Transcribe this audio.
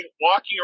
walking